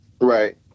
right